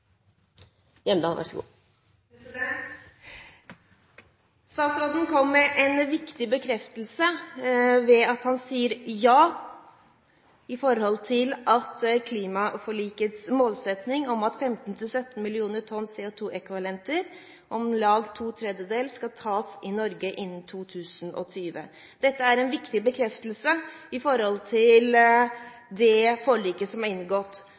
Statsråden kom med en viktig bekreftelse ved at han sier ja til at klimaforlikets målsetting om at 15–17 mill. tonn CO2-ekvivalenter – om lag to tredjedeler – skal tas i Norge innen 2020. Dette er en viktig bekreftelse når det gjelder forliket som er inngått.